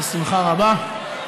בשמחה רבה.